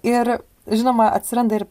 ir žinoma atsiranda ir